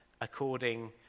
according